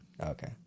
Okay